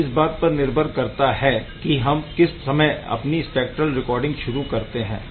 यह इस बात पर निर्भर करता है कि हम किस समय अपनी स्पेक्ट्रल रिकॉर्डिंग शुरू करते है